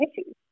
issues